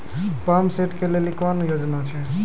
Pump set केलेली कोनो योजना छ?